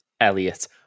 Elliot